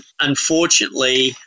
Unfortunately